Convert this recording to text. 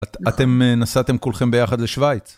אתם נסעתם כולכם ביחד לשוויץ.